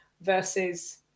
versus